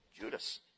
Judas